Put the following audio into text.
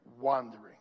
wandering